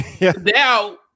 Now